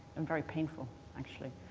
and very painful actually.